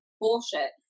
bullshit